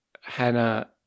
Hannah